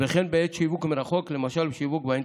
וכן בעת שיווק מרחוק, למשל בשיווק באינטרנט.